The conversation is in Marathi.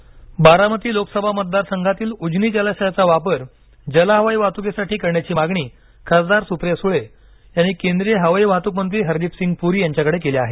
सुप्रिया सुळे बारामती लोकसभा मतदार संघातील उजनी जलाशयाचा वापर जल हवाई वाहतुकीसाठी करण्याची मागणी खासदार सुप्रिया सुळे यांनी केंद्रीय हवाई वाहतूक मंत्री हरदीपसिंग पुरी यांच्याकडे केली आहे